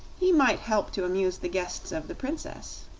he might help to amuse the guests of the princess.